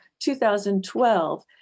2012